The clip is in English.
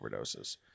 overdoses